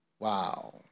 Wow